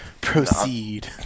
Proceed